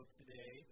today